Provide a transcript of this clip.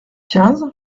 quinze